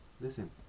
listen